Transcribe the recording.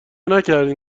نکردین